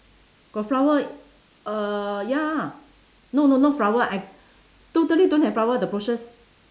got flower err ya no no not flower I totally don't have flower the bushes